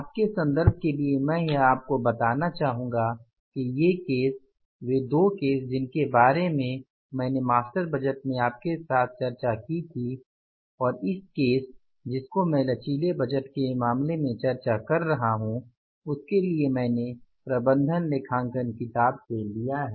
आपके संदर्भ के लिए मैं आपको बताना चाहूंगा कि ये केस वे दो केस जिनके बारे में मैंने मास्टर बजट में आपके साथ चर्चा की थी और इस केस जिसको मैं लचीले बजट के मामले में चर्चा कर रहा हूं उसके लिए मैंने प्रबंधन लेखांकन किताब से लिया है